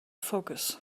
focus